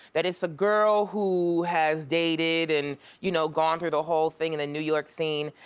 that it's a girl who has dated and you know gone through the whole thing in a new york scene.